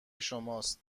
شماست